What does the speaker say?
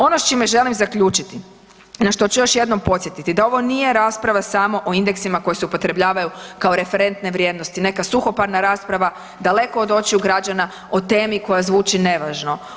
Ono s čime želim zaključiti, na što ću još jednom podsjetiti, da ovo nije rasprava samo o indeksima koji se upotrebljavaju kao referentne vrijednosti, neka suhoparna rasprava, daleko od očiju građana, o temi koja zvuči nevažno.